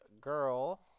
girl